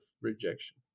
rejection